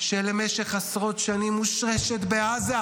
שבמשך עשרות שנים מושרשת בעזה,